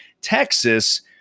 Texas